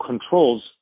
controls